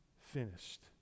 finished